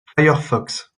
firefox